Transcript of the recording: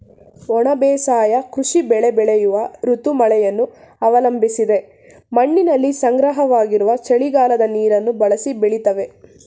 ಒಣ ಬೇಸಾಯ ಕೃಷಿ ಬೆಳೆ ಬೆಳೆಯುವ ಋತು ಮಳೆಯನ್ನು ಅವಲಂಬಿಸದೆ ಮಣ್ಣಿನಲ್ಲಿ ಸಂಗ್ರಹವಾಗಿರುವ ಚಳಿಗಾಲದ ನೀರನ್ನು ಬಳಸಿ ಬೆಳಿತವೆ